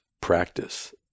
practice